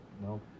No